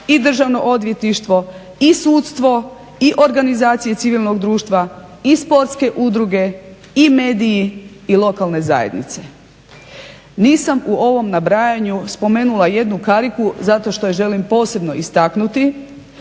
i Državno odvjetništvo i sudstvo i organizacije civilnog društva i sportske udruge i mediji i lokalne zajednice. Nisam u ovom nabrajanju spomenula jednu kariku zato što je želim posebno istaknuti,